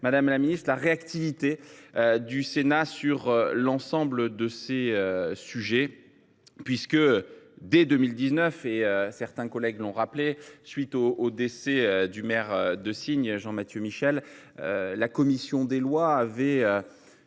même de souligner la réactivité du Sénat sur l’ensemble de ces sujets, puisque, dès 2019, certains collègues l’ont rappelé, à la suite du décès du maire de Signes Jean Mathieu Michel, la commission des lois s’était